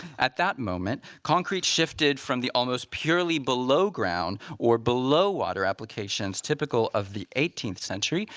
at that moment, concrete shifted from the almost purely below ground, or below water applications typical of the eighteenth century,